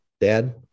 dad